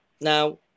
now